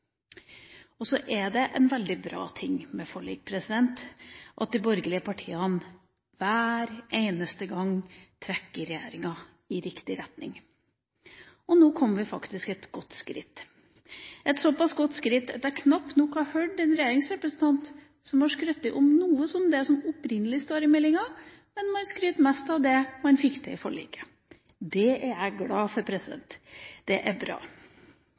Og så er det en veldig bra ting med forlik at de borgerlige partiene – hver eneste gang – trekker regjeringa i riktig retning. Nå kom vi faktisk et godt skritt framover – et såpass godt skritt at jeg knapt nok har hørt en regjeringsrepresentant skryte av noe av det som opprinnelig sto i meldinga, man skryter mest av det man fikk til i forliket. Det er jeg glad for. Det er bra.